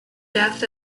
death